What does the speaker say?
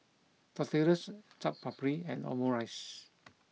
tortillas Chaat Papri and Omurice